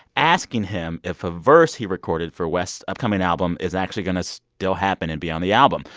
asking him if a verse he recorded for west's upcoming album is actually going to still happen and be on the album.